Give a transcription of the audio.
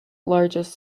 largest